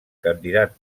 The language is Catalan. candidat